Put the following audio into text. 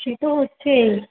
সে তো হচ্ছেই